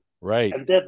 Right